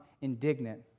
indignant